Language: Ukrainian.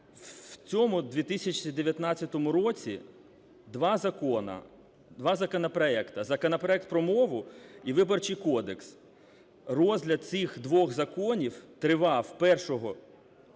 В цьому 2019 році 2 закони, 2 законопроекти: законопроект про мову і Виборчий кодекс – розгляд цих двох законів тривав: першого –